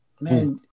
Man